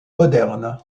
moderne